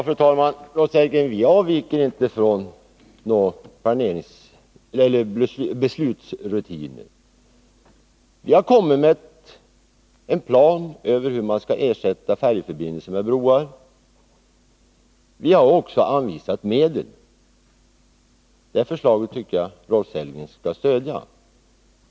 Fru talman! Vi avviker inte, Rolf Sellgren, från beslutsrutinerna. Vi har lagt fram en plan för hur man skall ersätta färjeförbindelser med broar. Vi har också pekat på finansieringsmöjligheter. Det förslaget tycker jag att Rolf Sellgren skall stödja.